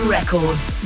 Records